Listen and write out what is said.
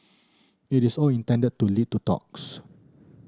it is all intended to lead to talks